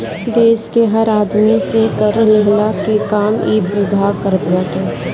देस के हर आदमी से कर लेहला के काम इ विभाग करत बाटे